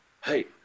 hey